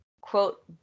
quote